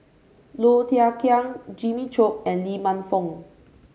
Low Thia Khiang Jimmy Chok and Lee Man Fong